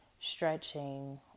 stretching